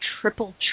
Triple